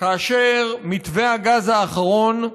כאשר מתווה הגז האחרון,